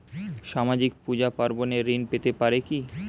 সামাজিক পূজা পার্বণে ঋণ পেতে পারে কি?